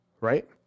right